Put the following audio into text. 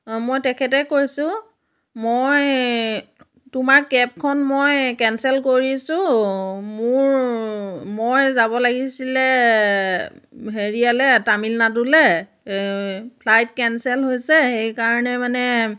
অঁ মই তেখেতে কৈছোঁ মই তোমাৰ কেবখন মই কেন্সেল কৰিছোঁ মোৰ মই যাব লাগিছিলে হেৰিয়ালে তামিলনাডুলৈ ফ্লাইট কেন্সেল হৈছে সেইকাৰণে মানে